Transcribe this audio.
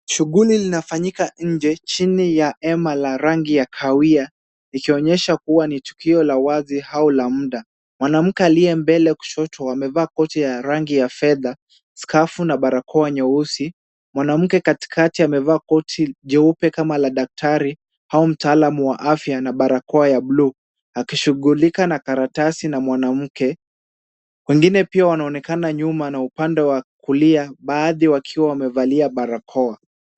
Shughuli linafanyika nje chini ya hema la rangi ya kawahia likionyesha kuwa ni tukio la wazi au la muda. Mwanamke aliye mbele kushoto amevaa koti ya rangi ya fedha, skafu na barakoa nyeusi. Mwanamke katikati amevaa koti jeupe kama la daktari au mtaalamu wa afya na barakoa ya buluu akishughulika na karatasi na mwanamke. Wengine pia wanaonekana nyuma na upande wa kulia baadhi wakiwa wamevalia barakoa.